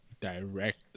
direct